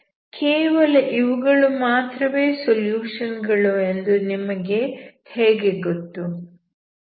ಕೇವಲ ಇವುಗಳು ಮಾತ್ರವೇ ಸೊಲ್ಯೂಷನ್ ಗಳು ಎಂದು ನಿಮಗೆ ಹೇಗೆ ಗೊತ್ತು